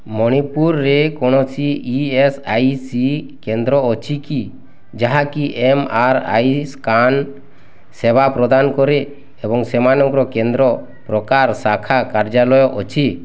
ମଣିପୁରରେ କୌଣସି E S I C କେନ୍ଦ୍ର ଅଛି କି ଯାହାକି ଏମ୍ ଆର୍ ଆଇ ସ୍କାନ୍ ସେବା ପ୍ରଦାନ କରେ ଏବଂ ସେମାନଙ୍କର କେନ୍ଦ୍ର ପ୍ରକାର ଶାଖା କାର୍ଯ୍ୟାଲୟ ଅଛି